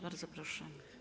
Bardzo proszę.